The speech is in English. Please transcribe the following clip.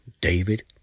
David